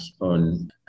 on